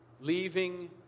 leaving